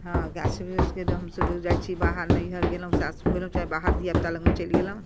हँ गाछ बिरिछके तऽ हमसब जब जाइ छी बाहर नैहर गेलहुँ सासुर गेलहुँ चाहे बाहर धिएपुता लगमे चलि गेलहुँ